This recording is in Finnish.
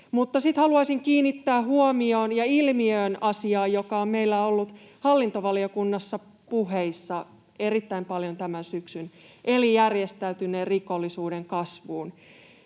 haluaisin kiinnittää huomiota ilmiöön ja asiaan, joka on ollut meillä hallintovaliokunnassa puheissa erittäin paljon tämän syksyn aikana, eli järjestäytyneen rikollisuuden kasvun.